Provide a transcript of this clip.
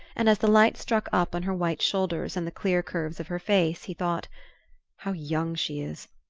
and as the light struck up on her white shoulders and the clear curves of her face he thought how young she is!